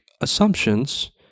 assumptions